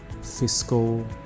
fiscal